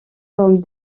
comme